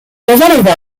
casanova